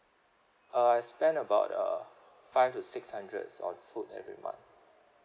uh I spend about uh five to six hundreds on food every month